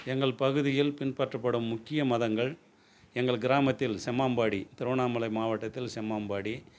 எங்கள் பகுதியில் பின்பற்றபடும் முக்கிய மதங்கள் எங்கள் கிராமத்தில் செம்மம்பாடி திருவண்ணாமலை மாவட்டத்தில் செம்மம்பாடி